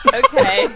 okay